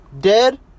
Dead